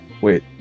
Wait